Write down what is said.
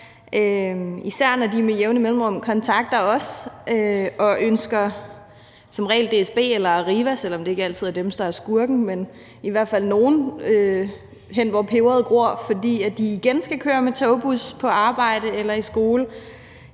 især når de med jævne mellemrum kontakter os og som regel ønsker DSB eller Arriva, selv om det ikke altid er dem, der er skurken, hen, hvor peberet gror, fordi de igen skal køre med togbus på arbejde eller i skole